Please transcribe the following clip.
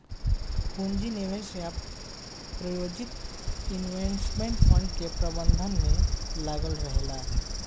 पूंजी निवेश आ प्रायोजित इन्वेस्टमेंट फंड के प्रबंधन में लागल रहेला